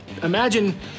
Imagine